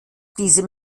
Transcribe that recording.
diesem